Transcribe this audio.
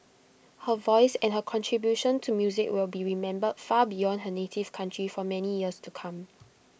her voice and her contribution to music will be remembered far beyond her native county for many years to come